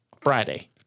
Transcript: Friday